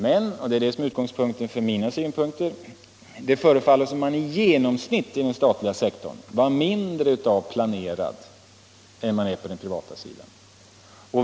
Men — och det är det som är utgångspunkten för mina synpunkter — det förefaller som om man i genomsnitt inom den statliga sektorn var mindre inriktad på att planera än man är på den privata sidan.